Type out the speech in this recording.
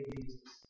Jesus